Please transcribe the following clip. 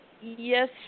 Yes